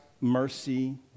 mercy